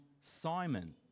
Simon